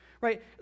right